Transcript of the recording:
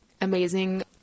amazing